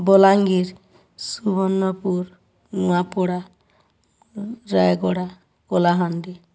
Balangir Subarnapur Nuapada Rayagada Kalahandi